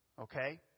okay